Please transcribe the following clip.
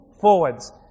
forwards